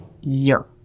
year